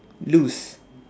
lose